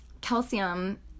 Calcium